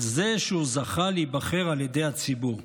על זה שהוא זכה להיבחר על ידי הציבור.